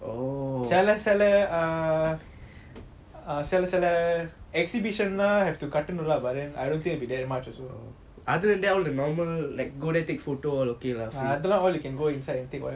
சில சில:silla silla ah சில சில:silla silla exhibition கட்டணும்:katanum but then I don't think will be that much also other than that the normal like go there take photo all okay lah if you want you can go inside and take also what you put the me you okay okay but other than that let's say okay let's say I planning